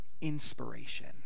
inspiration